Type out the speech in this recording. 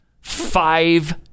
Five